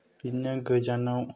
बिदिनो गोजानाव